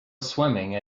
swimming